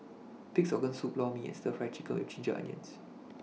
Pig'S Organ Soup Lor Mee and Stir Fry Chicken with Ginger Onions